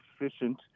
efficient